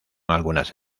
algunas